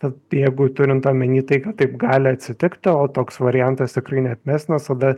tad jeigu turint omeny tai kad taip gali atsitikti o toks variantas tikrai neatmestinas tada